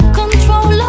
control